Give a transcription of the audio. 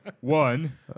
One